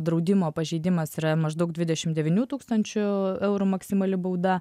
draudimo pažeidimas yra maždaug dvidešim devynių tūkstančių eurų maksimali bauda